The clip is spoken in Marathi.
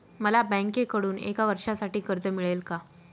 मला बँकेकडून एका वर्षासाठी कर्ज मिळेल का?